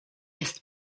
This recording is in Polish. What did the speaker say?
jest